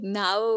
now